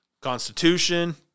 Constitution